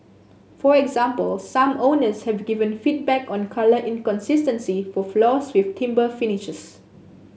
for example some owners have given feedback on colour inconsistencies for floors with timber finishes